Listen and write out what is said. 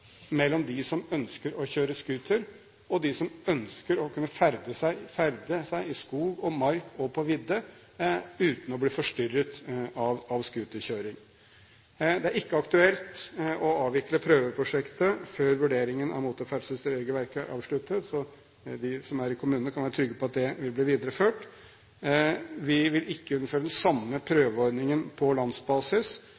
mellom dem som ønsker å kjøre scooter, og dem som ønsker å kunne ferdes i skog og mark og på vidde uten å bli forstyrret av scooterkjøring? Det er ikke aktuelt å avvikle prøveprosjektet før vurderingen av motorferdselsregelverket er avsluttet, så de som er i kommunene, kan være trygge på at det vil bli videreført. Vi vil ikke sette i gang den samme